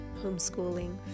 homeschooling